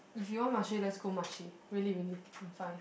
if you want Marche let's go Marche really really I'm fine